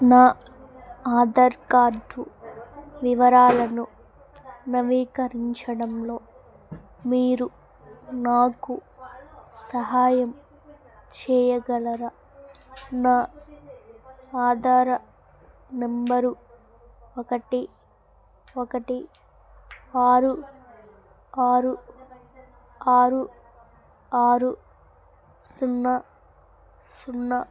నా ఆధార్ కార్డు వివరాలను నవీకరించడంలో మీరు నాకు సహాయం చేయగలరా నా ఆధార్ నెంబరు ఒకటి ఒకటి ఆరు ఆరు ఆరు ఆరు సున్నా సున్నా